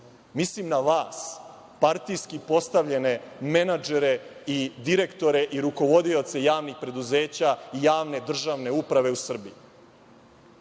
Mislim na vas, partijski postavljene menadžere i direktore i rukovodioce javnih preduzeća i javne državne uprave u Srbiji.